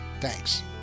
Thanks